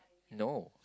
no